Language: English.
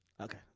Okay